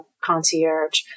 concierge